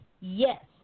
Yes